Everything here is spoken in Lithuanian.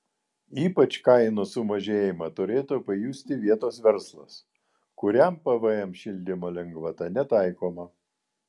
ypač kainų sumažėjimą turėtų pajusti vietos verslas kuriam pvm šildymo lengvata netaikoma